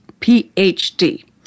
PhD